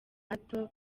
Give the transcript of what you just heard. hato